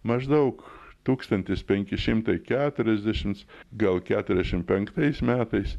maždaug tūkstantis penki šimtai keturiasdešimts gal keturiasdešim penktais metais